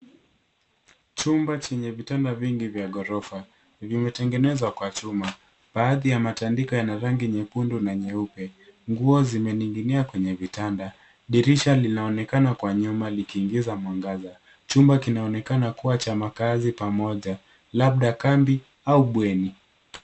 Chumba chenye vitanda vingi vya ghorofa, vimetengenezwa kwa chuma. Baadhi ya matandiko yana rangi nyekundu na nyeupe, nguo zimening'inia kwenye vitanda. Dirisha linaonekana kwa nyuma likiingiza mwangaza. Chumba kinaonekana kuwa cha makazi pamoja, la kambi, au bweni.